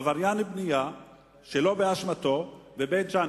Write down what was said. עבריין בנייה שלא באשמתו בבית-ג'ן,